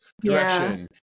direction